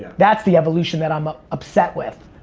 that's the evolution that i'm ah upset with.